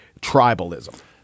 tribalism